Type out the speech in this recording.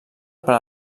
per